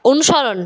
অনুসরণ